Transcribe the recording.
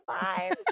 five